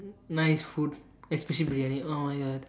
nice food especially briyani oh my god